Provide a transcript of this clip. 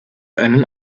einen